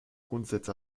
grundsätze